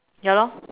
ya lor